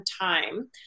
time